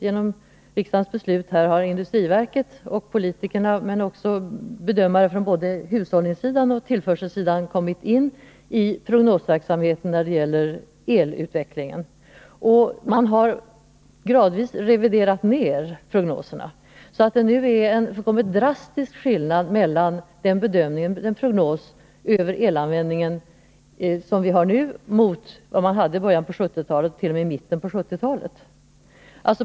Genom riksdagens beslut har industriverket med bedömare från både hushållningssidan och tillförselsidan kommit in i prognosverksamheten. Man har gradvis reviderat ner prognoserna, och det är en drastisk skillnad mellan den prognos över elanvändningen som vi har nu och den man hade fram t.o.m. mitten av 1970-talet.